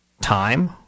Time